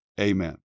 Amen